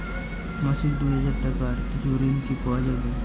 মাসিক দুই হাজার টাকার কিছু ঋণ কি পাওয়া যাবে?